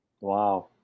Wow